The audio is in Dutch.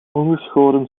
ongeschoren